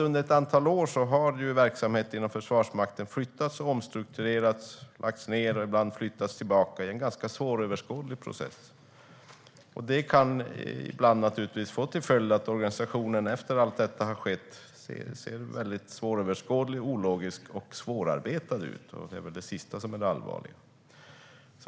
Under ett antal år har verksamheter inom Försvarsmakten flyttats, omstrukturerats, lagts ned och ibland flyttats tillbaka i en ganska svåröverskådlig process. Det kan ibland få till följd att organisationen efter allt detta blir svåröverskådlig, ologisk och svårarbetad. I synnerhet det sistnämnda är allvarligt.